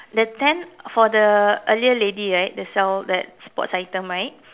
the tent for the earlier lady right the sell that sports item right